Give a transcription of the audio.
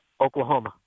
Oklahoma